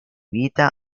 vita